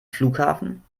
flughafen